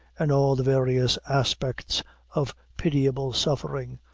in all the various aspects of pitiable suffering,